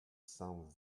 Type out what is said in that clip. cent